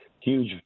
huge